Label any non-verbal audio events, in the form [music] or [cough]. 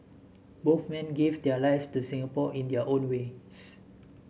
[unintelligible] men gave their lives to Singapore in their own ways